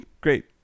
great